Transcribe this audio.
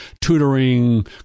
tutoring